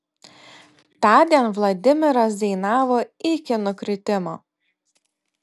tądien vladimiras dainavo iki nukritimo